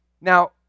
Now